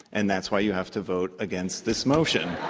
and that's why you have to vote against this motion.